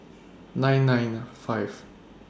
nine nine five